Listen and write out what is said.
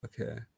Okay